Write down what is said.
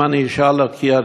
ואם אני אשאל על קריית-גת,